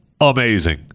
amazing